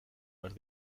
behar